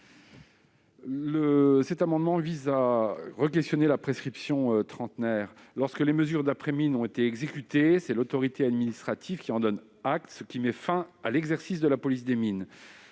amendement tend à revenir sur la prescription trentenaire. Lorsque les mesures d'après-mine ont été exécutées, l'autorité administrative en donne acte, ce qui met fin à l'exercice de la police des mines.